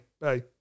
Bye